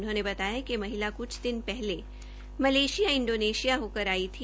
उन्होंने बतायाकि महिला क्छ दिन पहले मलेशिया इंडोनेशिया होकर आई थी